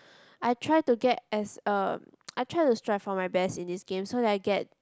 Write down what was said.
I try to get as uh I try to strive for my best in this game so that I get